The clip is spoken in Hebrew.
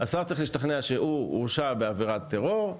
השר צריך להשתכנע שהוא הורשע בעבירת טרור,